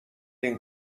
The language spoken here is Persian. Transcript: این